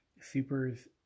supers